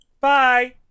bye